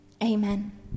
Amen